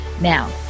Now